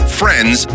friends